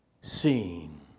seen